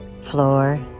floor